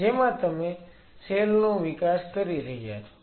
જેમાં તમે સેલ નો વિકાસ કરી રહ્યા છો